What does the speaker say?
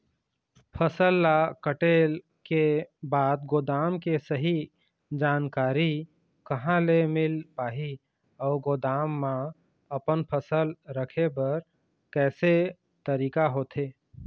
फसल ला कटेल के बाद गोदाम के सही जानकारी कहा ले मील पाही अउ गोदाम मा अपन फसल रखे बर कैसे तरीका होथे?